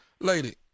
Lady